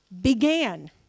began